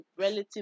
relative